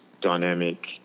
dynamic